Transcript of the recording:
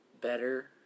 better